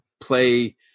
play